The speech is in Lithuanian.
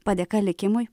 padėka likimui